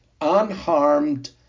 unharmed